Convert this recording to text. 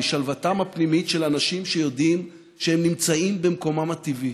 משלוותם הפנימית של אנשים שיודעים שהם נמצאים במקומם הטבעי,